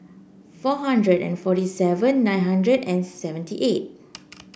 four hundred and forty seven nine hundred and seventy eight